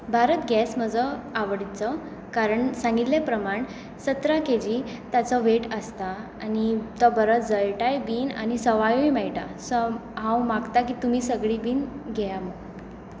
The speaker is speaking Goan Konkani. भारत गॅस म्हजो आवडीचो कारण सांगिल्ले प्रमाण सतरा के जी ताचो वेट आसता आनी तो बरो जळटाय बी आनी सवायूय मेळटा सो हांव मांगतां की तुमी सगळीं बी घेयात म्हूण